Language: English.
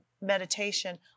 meditation